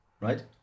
right